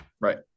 right